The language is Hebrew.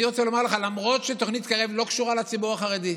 אני רוצה לומר לך: למרות שתוכנית קרב לא קשורה לציבור החרדי,